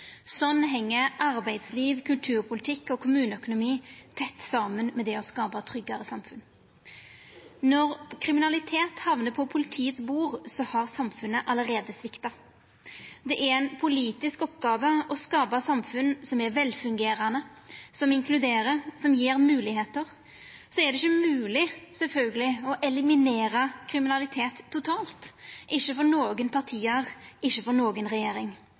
Sånn heng arbeidsliv, kulturpolitikk og kommuneøkonomi tett saman med det å skapa tryggare samfunn. Når kriminalitet hamnar på politiets bord, har samfunnet allereie svikta. Det er ei politisk oppgåve å skapa samfunn som er velfungerande, som inkluderer og som gjev moglegheiter. Det er sjølvsagt ikkje mogleg å eliminera kriminalitet totalt – ikkje for noko parti, ikkje for noka regjering